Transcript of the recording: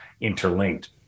interlinked